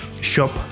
shop